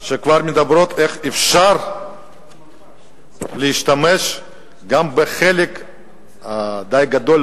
שכבר מדברות איך אפשר להשתמש גם בחלק די גדול,